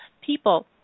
people